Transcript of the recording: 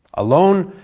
alone,